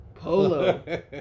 Polo